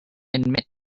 admit